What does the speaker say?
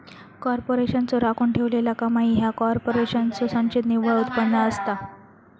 कॉर्पोरेशनचो राखून ठेवलेला कमाई ह्या कॉर्पोरेशनचो संचित निव्वळ उत्पन्न असता